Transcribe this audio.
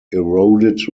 eroded